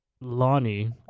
Lonnie